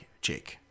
Jake